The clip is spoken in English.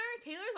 Taylor's